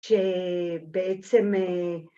‫ש.. בעצם, אהה..